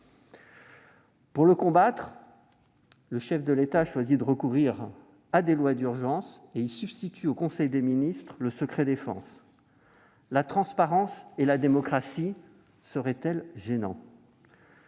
Pour combattre celui-ci, le chef de l'État a choisi de recourir à des lois d'urgence et substitue au conseil des ministres le secret-défense. La transparence et la démocratie seraient-elles gênantes ?